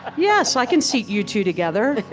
yes, i can seat you two together.